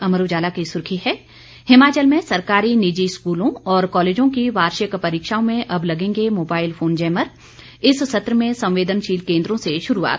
अमर उजाला की सुर्खी है हिमाचल में सरकारी निजी स्कूलों और कॉलेजों की वार्षिक परीक्षाओं में अब लगेंगे मोबाइल फोन जैमर इस सत्र में संवेदनशील केंद्रों से शुरूआत